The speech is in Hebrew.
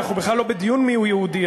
אנחנו בכלל לא בדיון מיהו יהודי.